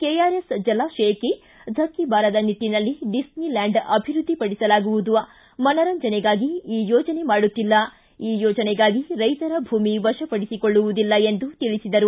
KRS ಜಲಾಶಯಕ್ಕೆ ಧಕ್ಕೆ ಬಾರದ ನಿಟ್ಟನಲ್ಲಿ ಡಿಸ್ನಿಲ್ಯಾಂಡ್ ಅಭಿವೃದ್ದಿ ಪಡಿಸಲಾಗುವುದು ಮನರಂಜನೆಗಾಗಿ ಯೋಜನೆ ಮಾಡುತ್ತಿಲ್ಲ ಈ ಯೋಜನೆಗಾಗಿ ರೈತನ ಭೂಮಿ ವಶ ಪಡಿಸಿಕೊಳ್ಳುವುದಿಲ್ಲ ಎಂದು ತಿಳಿಸಿದರು